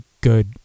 good